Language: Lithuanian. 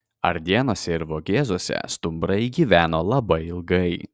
ardėnuose ir vogėzuose stumbrai gyveno labai ilgai